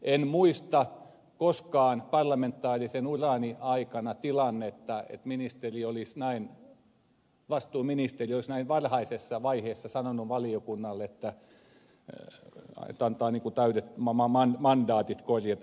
en muista koskaan parlamentaarisen urani aikana tilannetta että vastuuministeri olisi näin varhaisessa vaiheessa sanonut valiokunnalle että antaa täydet mandaatit korjata